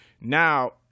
Now